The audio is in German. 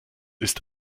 ist